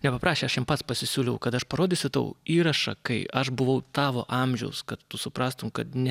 jie paprašė aš jiem pats pasisiūliau kad aš parodysiu tau įrašą kai aš buvau tavo amžiaus kad tu suprastum kad ne